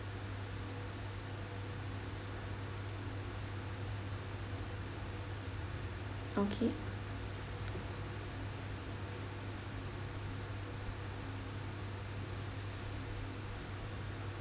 okay